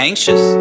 Anxious